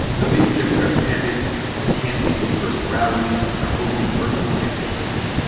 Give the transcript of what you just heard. the leading democratic candidates have canceled in-person rallies and are hosting virtual campaign events.